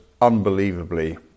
unbelievably